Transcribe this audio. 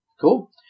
cool